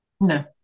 No